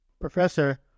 Professor